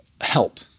help